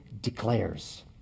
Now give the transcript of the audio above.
declares